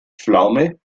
pflaume